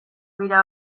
dira